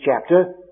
chapter